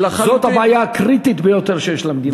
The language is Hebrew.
זאת הבעיה הקריטית ביותר שיש למדינה הזאת.